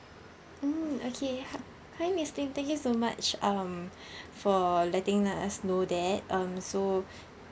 mm okay hi hi miss lim thank you so much um for letting us know that um so